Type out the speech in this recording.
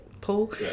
Paul